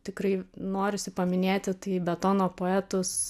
tikrai norisi paminėti tai betono poetus